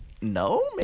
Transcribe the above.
no